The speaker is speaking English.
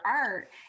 art